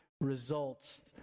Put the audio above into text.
results